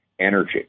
energy